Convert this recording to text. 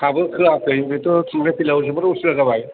हाबो खोआखै बेथ' थांलाय फैलायाव जोबोर असुबिदा जाबाय